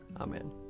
Amen